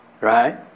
right